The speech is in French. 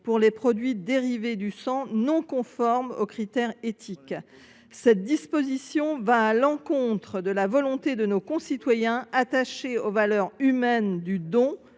pour les produits dérivés du sang non conformes aux critères éthiques. Cette disposition va à l’encontre de la volonté de nos concitoyens, qui sont attachés aux valeurs humaines du don